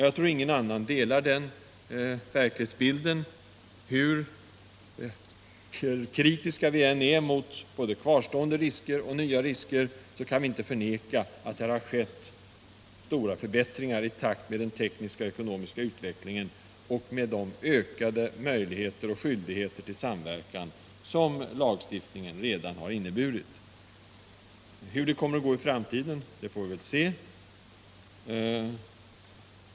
Jag tror inte att någon annan delar den verklighetsbilden. Hur kritiska vi än är mot både kvarstående och nya risker, kan vi inte förneka att det har skett stora förbättringar i takt med den tekniska och ekonomiska utvecklingen och med de ökade möjligheter och skyldigheter till samverkan som lagstiftningen redan har inneburit. Hur det kommer att gå i framtiden får vi väl se.